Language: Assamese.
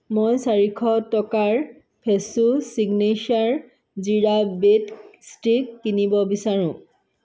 মই চাৰিশ টকাৰ Fresho signature jeera bread stick কিনিব বিচাৰোঁ